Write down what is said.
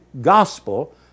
gospel